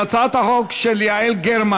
הוא מתכוון בהצעת החוק של חברת הכנסת יעל גרמן.